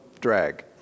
drag